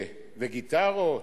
וגיטרות?